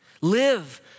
live